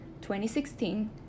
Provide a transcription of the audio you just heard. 2016